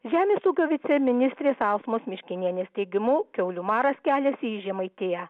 žemės ūkio viceministrės ausmos miškinienės teigimu kiaulių maras keliasi į žemaitiją